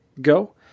go